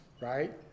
right